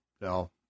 No